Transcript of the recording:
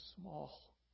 small